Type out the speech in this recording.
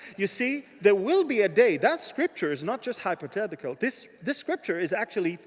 you see, there will be a day. that scripture is not just hypothetical. this this scripture is, actually,